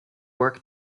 work